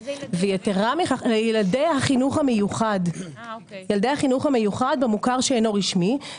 לילדי החינוך המיוחד במוכר שאינו רשמי.